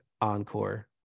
Encore